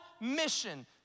mission